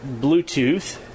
Bluetooth